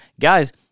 Guys